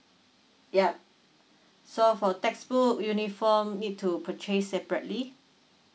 yup so for textbook uniform need to purchase separately